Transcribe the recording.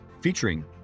featuring